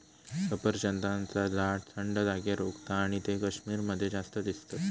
सफरचंदाचा झाड थंड जागेर उगता आणि ते कश्मीर मध्ये जास्त दिसतत